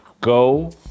go